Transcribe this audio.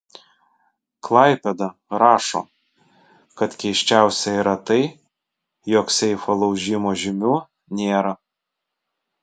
klaipėda rašo kad keisčiausia yra tai jog seifo laužimo žymių nėra